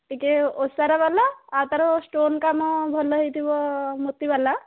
ଟିକିଏ ଓସାରବାଲା ଆଉ ତା'ର ଷ୍ଟୋନ୍ କାମ ଭଲ ହୋଇଥିବ ମୋତିବାଲା